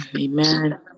Amen